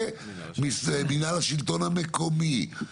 ומינהל השלטון המקומי.